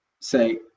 say